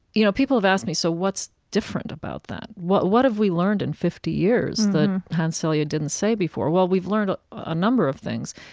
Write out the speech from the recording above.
you know, people have asked me, so what's different about that? what what have we learned in fifty years that hans selye yeah didn't say before? well, we've learned a ah number of things.